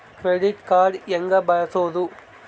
Credit card ಹೆಂಗ ಬಳಸೋದು?